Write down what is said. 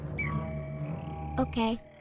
Okay